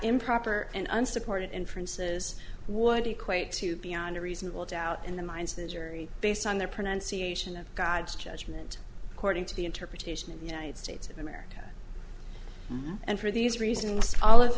improper and unsupported inferences would equate to beyond a reasonable doubt in the minds of the jury based on their pronunciation of god's judgment cording to the interpretation of united states of america and for these reasons all of